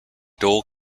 dual